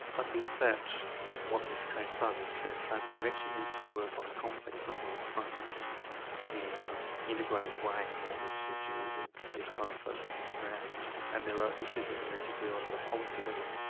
i think that what this case does is say say that you actually need to work on a complex number of fronts in an ah integrated way in order to deal with this kind of social disadvantage and there are issues that we need to deal with at a policy level.